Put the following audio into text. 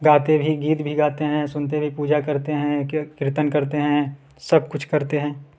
गाते भी गीत भी गाते हैं सुनते भी पूजा करते हैं कीर्तन करते हैं सब कुछ करते हैं